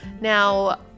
Now